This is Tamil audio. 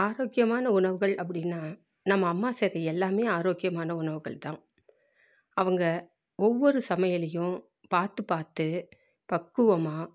ஆரோக்கியமான உணவுகள் அப்படின்னா நம்ம அம்மா செய்கிற எல்லாமே ஆரோக்கியமான உணவுகள்தான் அவங்க ஒவ்வொரு சமையலையும் பார்த்து பார்த்து பக்குவமாக